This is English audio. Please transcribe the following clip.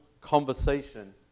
conversation